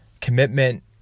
Commitment